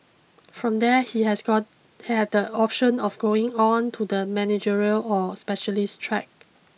from there he has got he had the option of going on to the managerial or specialist track